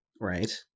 right